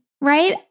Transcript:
right